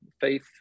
faith